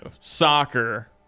soccer